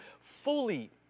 fully